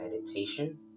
meditation